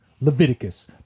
Leviticus